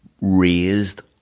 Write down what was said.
raised